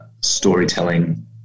storytelling